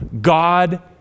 God